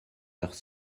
leurs